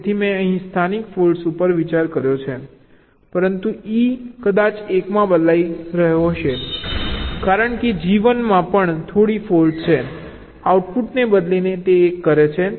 તેથી મેં અહીં સ્થાનિક ફોલ્ટ ઉપર વિચાર કર્યો છે પરંતુ આ ઇ કદાચ ૧ માં બદલાઈ રહ્યો હશે કારણ કે જી ૧ માં પણ થોડી ફોલ્ટ છે જે આઉટપુટને બદલીને ૧ કરે છે